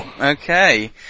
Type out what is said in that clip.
Okay